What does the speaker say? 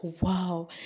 wow